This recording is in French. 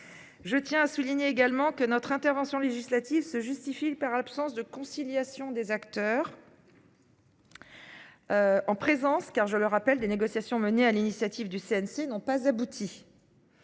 Je tiens à souligner également que notre intervention législative se justifie par l'absence de conciliation des acteurs. En présence, car je le rappelle, des négociations menées à l'initiative du CNC n'ont pas abouti.